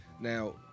Now